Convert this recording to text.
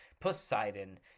poseidon